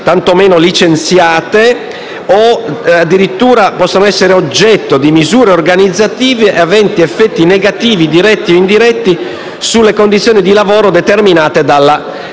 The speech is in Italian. tanto meno licenziate o essere addirittura oggetto di misure organizzative aventi effetti negativi, diretti o indiretti, sulle condizioni di lavoro determinate dalla segnalazione.